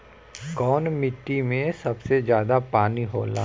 कौन मिट्टी मे सबसे ज्यादा पानी होला?